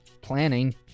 planning